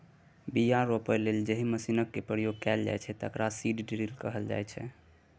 बीया रोपय लेल जाहि मशीनक प्रयोग कएल जाइ छै तकरा सीड ड्रील कहल जाइ छै